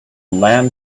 lamp